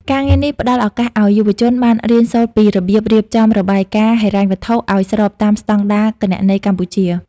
ការងារនេះផ្តល់ឱកាសឱ្យយុវជនបានរៀនសូត្រពីរបៀបរៀបចំរបាយការណ៍ហិរញ្ញវត្ថុឱ្យស្របតាមស្តង់ដារគណនេយ្យកម្ពុជា។